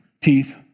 teeth